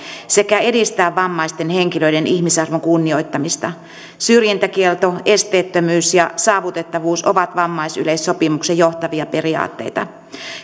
sekä edistää vammaisten henkilöiden ihmisarvon kunnioittamista syrjintäkielto esteettömyys ja saavutettavuus ovat vammaisyleissopimuksen johtavia periaatteita